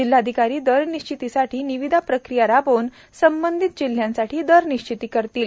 जिल्हाधिकारी दरनिश्चितीसाठी निविदा प्रक्रिया राबवून संबंधित जिल्ह्यांसाठी दर निश्चिती करतील